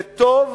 זה טוב